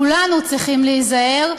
כולנו צריכים להיזהר,